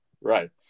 Right